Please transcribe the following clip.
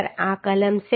આ કલમ 7